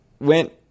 went